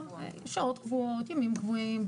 שעות קבועות, ימים קבועים.